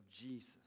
Jesus